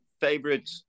favorite